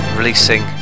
releasing